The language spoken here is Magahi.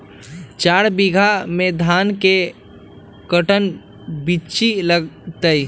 चार बीघा में धन के कर्टन बिच्ची लगतै?